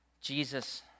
Jesus